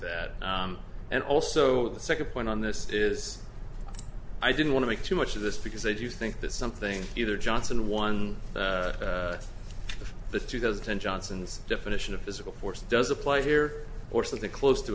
that and also the second point on this is i didn't want to make too much of this because i do think that something either johnson one of the two those ten johnsons definition of physical force does apply here or something close to